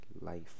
life